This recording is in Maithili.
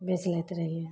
बेचि लैत रहिए